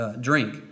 drink